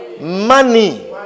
Money